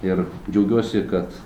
ir džiaugiuosi kad